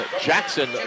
Jackson